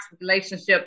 relationship